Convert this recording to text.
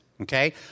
Okay